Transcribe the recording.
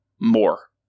more